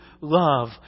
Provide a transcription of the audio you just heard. love